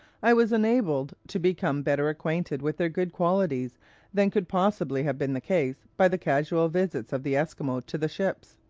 i was enabled to become better acquainted with their good qualities than could possibly have been the case by the casual visits of the esquimaux to the ships.